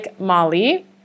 Molly